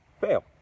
fail